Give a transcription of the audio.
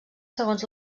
segons